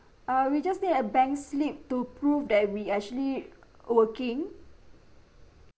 uh we just need a bank slip to prove that we actually working